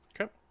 Okay